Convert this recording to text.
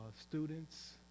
students